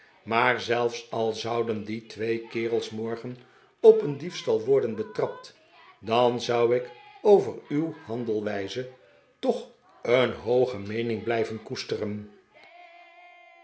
maar zelfs al zouden die twee kerels morgen op een diefstal worden betrapt dan zou ik over uw handelwijze toch een hooge meening blijven koesteren